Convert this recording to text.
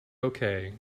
okay